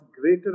greater